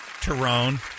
Tyrone